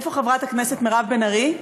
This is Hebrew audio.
איפה חברת הכנסת מירב בן ארי?